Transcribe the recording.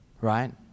right